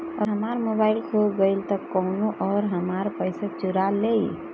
अगर हमार मोबइल खो गईल तो कौनो और हमार पइसा चुरा लेइ?